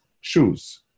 shoes